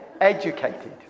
educated